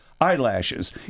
eyelashes